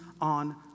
on